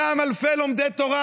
אותם אלפי לומדי תורה,